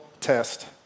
test